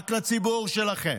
רק לציבור שלכם.